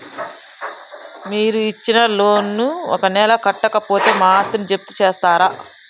మీరు ఇచ్చిన లోన్ ను ఒక నెల కట్టకపోతే మా ఆస్తిని జప్తు చేస్తరా?